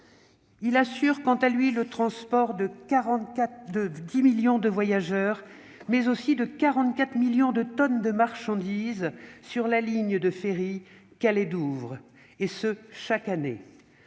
assure chaque année le transport de 10 millions de voyageurs, mais aussi de 44 millions de tonnes de marchandises sur la ligne de ferry Calais-Douvres. C'est un